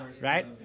Right